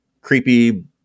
creepy